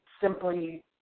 simply